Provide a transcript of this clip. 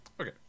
Okay